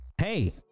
Hey